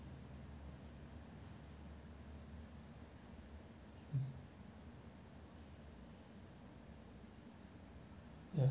mm ya